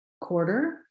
quarter